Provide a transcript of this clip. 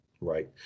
right